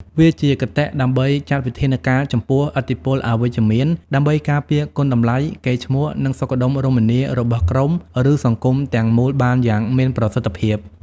វាជាគតិ ដើម្បីចាត់វិធានការចំពោះឥទ្ធិពលអវិជ្ជមាន ដើម្បីការពារគុណតម្លៃ កេរ្តិ៍ឈ្មោះ និងសុខដុមរមនារបស់ក្រុម ឬសង្គមទាំងមូលបានយ៉ាងមានប្រសិទ្ធិភាព។